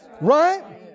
right